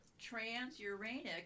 transuranic